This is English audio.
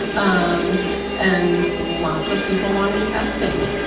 um and lots of people wanting testing,